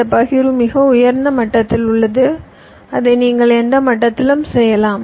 இந்த பகிர்வு மிக உயர்ந்த மட்டத்தில் உள்ளது அதை நீங்கள் எந்த மட்டத்திலும் செய்யலாம்